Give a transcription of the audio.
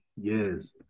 Yes